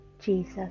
Jesus